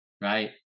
Right